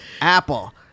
Apple